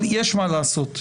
אבל יש מה לעשות.